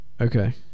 Okay